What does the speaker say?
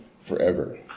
forever